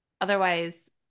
Otherwise